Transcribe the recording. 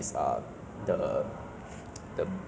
that's that's the thing ya that err everybody likes ah